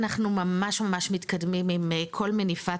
אנחנו ממש ממש מתקדמים עם כל מניפת